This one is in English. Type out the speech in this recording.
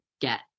get